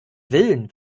willen